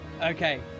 Okay